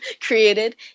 created